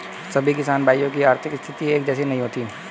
सभी किसान भाइयों की आर्थिक स्थिति एक जैसी नहीं होती है